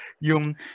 yung